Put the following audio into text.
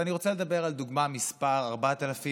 אבל אני רוצה לדבר על דוגמה מספר 4,352,